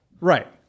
Right